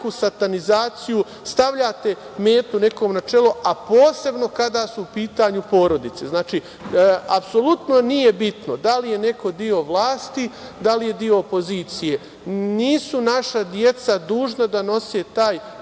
hajku, satanizaciju, stavljate metu nekom na čelo, a posebno kada su u pitanju porodice. Znači, apsolutno nije bitno da li je neko deo vlasti, da li je deo opozicije. Nisu naša deca dužna da nose taj